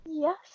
Yes